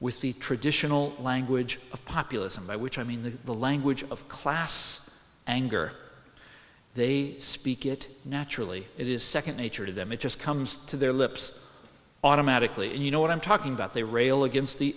with the traditional language of populism by which i mean the language of class anger they speak it naturally it is second nature to them it just comes to their lips automatically and you know what i'm talking about they rail against the